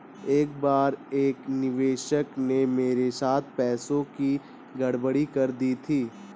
एक बार एक निवेशक ने मेरे साथ पैसों की गड़बड़ी कर दी थी